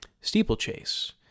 steeplechase